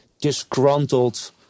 disgruntled